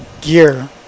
gear